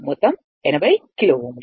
మొత్తం 80 కిలోΩ